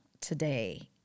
today